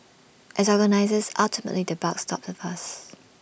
as organisers ultimately the buck stops with us